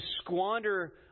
squander